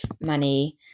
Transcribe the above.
money